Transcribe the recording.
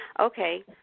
okay